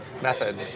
method